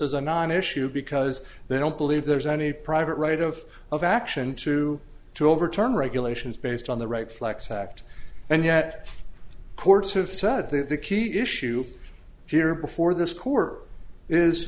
as a non issue because they don't believe there's any private right of of action to to overturn regulations based on the right flex act and yet the courts have said that the key issue here before this court is